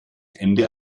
ende